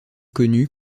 connues